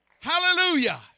Hallelujah